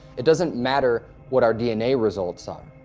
it doesn't matter what our dna results are.